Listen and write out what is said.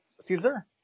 Caesar